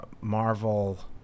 Marvel